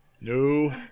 No